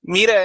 Mira